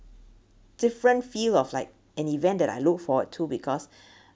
different view of like an event that I look forward to because